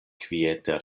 kviete